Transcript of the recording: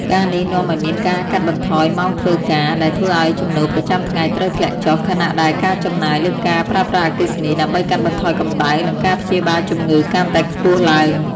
ការណ៍នេះនាំឱ្យមានការកាត់បន្ថយម៉ោងធ្វើការ ដែលធ្វើឱ្យចំណូលប្រចាំថ្ងៃត្រូវធ្លាក់ចុះ ខណៈដែលការចំណាយលើការប្រើប្រាស់អគ្គិសនីដើម្បីកាត់បន្ថយកម្ដៅ និងការព្យាបាលជំងឺកាន់តែខ្ពស់ឡើង។